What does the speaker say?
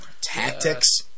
Tactics